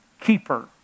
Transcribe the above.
keeper